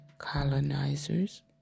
colonizers